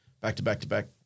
back-to-back-to-back